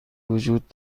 وجود